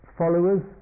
followers